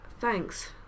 Thanks